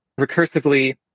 recursively